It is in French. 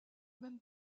même